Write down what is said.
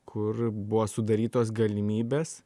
kur buvo sudarytos galimybės